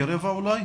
כרבע אולי?